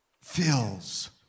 fills